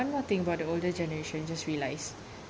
one more thing about the older generation just realise